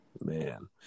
Man